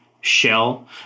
shell